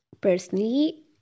personally